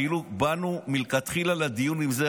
כאילו באנו מלכתחילה לדיון עם זה.